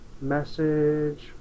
message